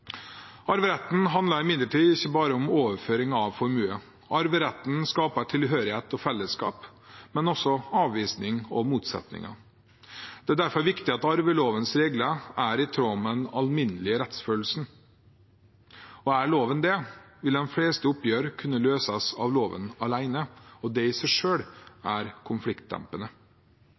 Arveretten handler imidlertid ikke bare om overføring av formue. Arveretten skaper tilhørighet og fellesskap, men også avvisning og motsetninger. Det er derfor viktig at arvelovens regler er i tråd med den alminnelige rettsfølelsen. Er loven det, vil de fleste oppgjør kunne løses av loven alene, og det i seg selv er konfliktdempende.